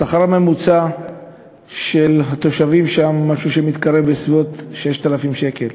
השכר הממוצע של התושבים שם הוא משהו שמתקרב ל-6,000 שקל.